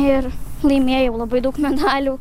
ir laimėjau labai daug medalių